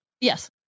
yes